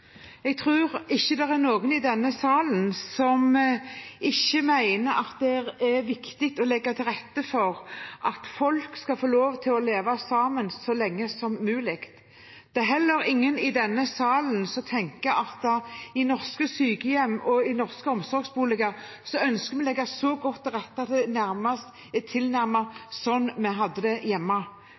er viktig å legge til rette for at folk skal få lov til å leve sammen så lenge som mulig. Det er heller ingen i denne salen som tenker at vi i norske sykehjem og omsorgsboliger ønsker å legge så godt til rette at det blir tilnærmet sånn en hadde det hjemme.